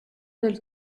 del